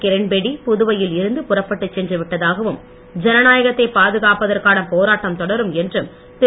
கிரண்பேடி புதுவையில் இருந்து புறப்பட்டுச் சென்று விட்டதாகவும் ஜனநாயகத்தை பாதுகாப்பதற்கான போராட்டம் தொடரும் என்றும் திரு